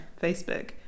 Facebook